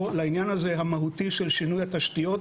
לעניין הזה המהותי של שינוי התשתיות.